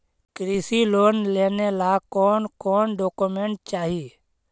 कृषि लोन लेने ला कोन कोन डोकोमेंट चाही?